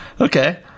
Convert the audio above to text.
okay